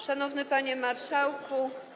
Szanowny Panie Marszałku!